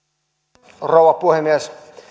arvoisa rouva puhemies